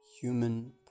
human